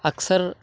اکثر